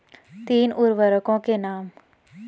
तीन उर्वरकों के नाम?